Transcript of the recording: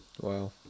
Wow